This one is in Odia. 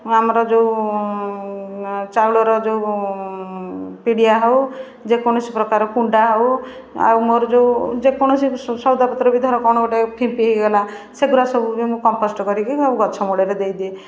ଓ ଆମର ଯେଉଁ ଆ ଚାଉଳର ଯେଉଁ ପିଡ଼ିଆ ହେଉ ଯେକୌଣସି ପ୍ରକାର କୁଣ୍ଡା ହେଉ ଆଉ ମୋର ଯେଉଁ ଯେକୌଣସି ସ ସଉଦା ପତ୍ର ବି ଧର କ'ଣ ଗୋଟେ ଫିମ୍ପି ହେଇଗଲା ସେଗୁଡ଼ା ସବୁବି ମୁଁ କମ୍ପୋଷ୍ଟ କରିକି ସବୁ ଗଛ ମୂଳରେ ଦେଇ ଦିଏ